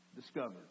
discovered